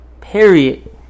Period